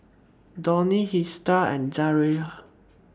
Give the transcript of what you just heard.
Donny Hester and Zaire